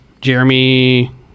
Jeremy